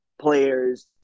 players